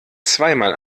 zweimal